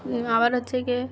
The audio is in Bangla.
আবার হচ্ছে কে